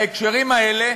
בהקשרים האלה,